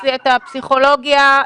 עם הרשויות המקומיות,